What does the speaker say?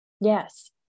Yes